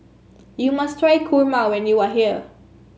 you must try Kurma when you are here